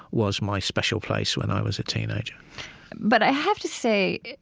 was my special place when i was a teenager but i have to say,